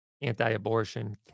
anti-abortion